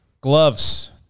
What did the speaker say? gloves